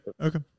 Okay